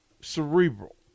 cerebral